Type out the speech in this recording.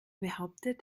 behauptet